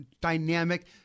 dynamic